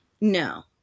No